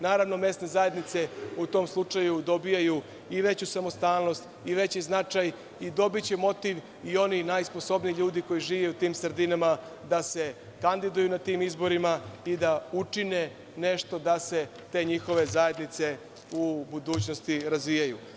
Naravno, mesne zajednice u tom slučaju dobijaju i veću samostalnost i veći značaj i dobiće motiv i oni najsposobniji ljudi koji žive u tim sredinama da se kandiduju na tim izborima i da učine nešto da se te njihove zajednice u budućnosti razvijaju.